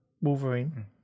Wolverine